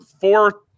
four